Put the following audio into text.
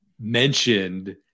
mentioned